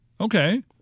Okay